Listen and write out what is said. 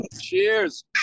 Cheers